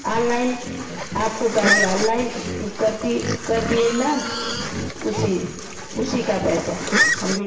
online आपको गाड़ी online ऊ कर दिए ना उसी उसी का पैसा हम भी